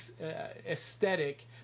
aesthetic